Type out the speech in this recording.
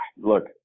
look